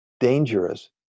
Dangerous